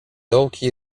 dołki